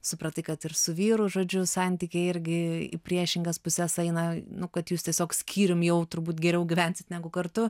supratai kad ir su vyru žodžiu santykiai irgi į priešingas puses eina nu kad jūs tiesiog skyrium jau turbūt geriau gyvensit negu kartu